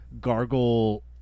gargle